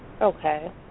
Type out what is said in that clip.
Okay